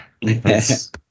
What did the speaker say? Yes